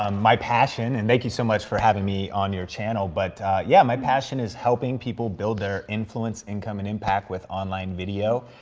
um my passion, and thank you so much for having me on your channel, but yeah, my passion is helping people build their influence, income, and impact with online video,